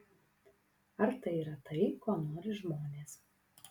ar tai yra tai ko nori žmonės